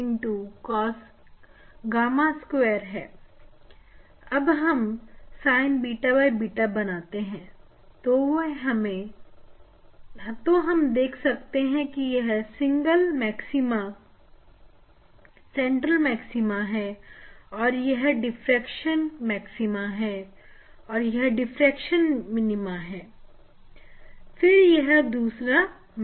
जब हम Sin sqaure beta beta बनाते हैं तो हम देख सकते हैं कि यह सेंट्रल मैक्सिमा है और यह डिफ्रेक्शन मैक्सिमा है और यह डिफ्रेक्शन मिनीमा है फिर यह दूसरा मैक्सिमा है